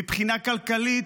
מבחינה כלכלית,